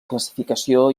classificació